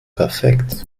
perfekt